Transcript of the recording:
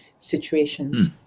situations